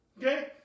Okay